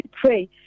pray